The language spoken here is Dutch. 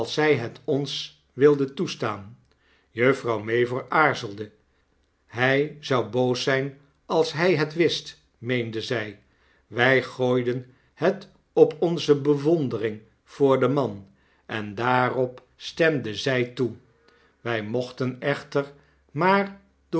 het ons wilde toestaan juffrouw mavor aarzelde hfl zou boos zyn als hy het wist meende zy wij gooiden het op onze bewondering voor den mail en daarop stemde zy toe wy mochten echter maar